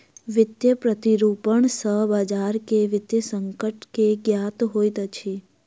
वित्तीय प्रतिरूपण सॅ बजार के वित्तीय संकट के ज्ञात होइत अछि